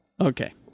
Okay